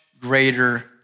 greater